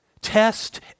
test